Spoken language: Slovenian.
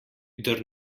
kdor